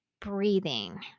breathing